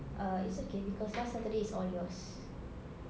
uh it's okay because last saturday is all yours